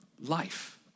life